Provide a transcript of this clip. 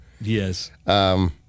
Yes